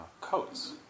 coats